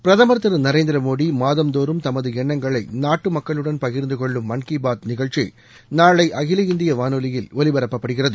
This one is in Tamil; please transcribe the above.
பிரதமர் திரு நரேந்திரமோடி மாதந்தோறும் தமது எண்ணங்களை நாட்டு மக்களுடன் பகிர்ந்து கொள்ளும் மன் கி பாத் நிகழ்ச்சி நாளை அகில இந்திய வானொலியில் ஒலிபரப்பப்படுகிறது